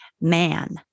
Man